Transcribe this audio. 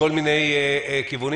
מכל מיני כיוונים,